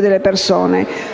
delle persone.